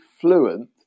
fluent